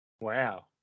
Wow